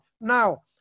Now